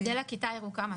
מודל הכיתה הירוקה.